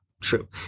true